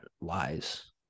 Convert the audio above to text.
lies